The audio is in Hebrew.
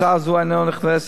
הצעה זו אינה נכנסת